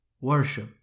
Worship